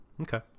Okay